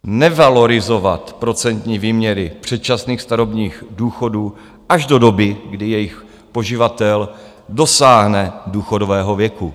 nevalorizovat procentní výměry předčasných starobních důchodů až do doby, kdy jejich poživatel dosáhne důchodového věku.